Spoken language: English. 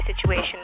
situation